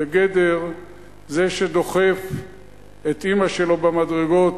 בגדר זה שדוחף את אמא שלו במדרגות,